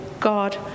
God